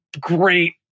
great